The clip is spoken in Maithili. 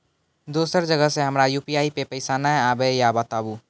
दोसर जगह से हमर यु.पी.आई पे पैसा नैय आबे या बताबू?